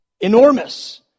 enormous